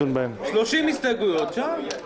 30 הסתייגויות, שעה.